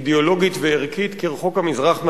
אידיאולוגית וערכית כרחוק המזרח מהמערב.